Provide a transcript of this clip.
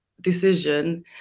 decision